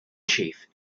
chief